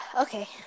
Okay